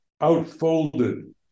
outfolded